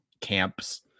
camps